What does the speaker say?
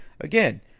Again